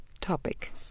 topic